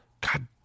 God